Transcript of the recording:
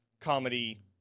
comedy